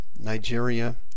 Nigeria